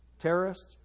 Terrorists